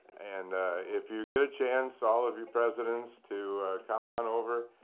and if you get a chance, all of you presidents to come on over,